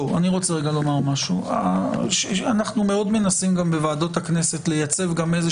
אני רוצה לומר משהו: אנחנו מאוד מנסים בוועדות הכנסת לייצר איזו